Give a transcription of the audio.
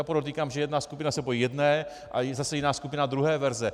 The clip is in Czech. Podotýkám, že jedna skupina se bojí jedné a zase jiná skupina druhé verze.